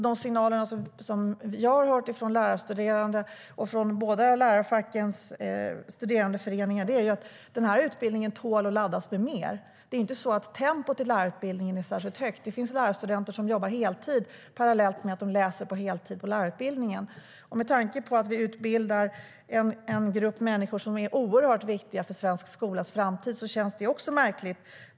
De signaler som jag har fått från lärarstuderande och båda lärarfackens studerandeföreningar är att den här utbildningen tål att laddas med mer. Tempot i lärarutbildningen är inte särskilt högt. Det finns lärarstudenter som jobbar heltid parallellt med att de läser heltid på lärarutbildningen. Med tanke på att vi utbildar en grupp människor som är oerhört viktig för svensk skolas framtid känns det märkligt.